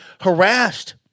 harassed